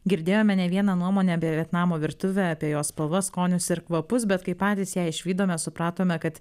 girdėjome ne vieną nuomonę apie vietnamo virtuvę apie jos spalvas skonius ir kvapus bet kai patys ją išvydome supratome kad